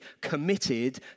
committed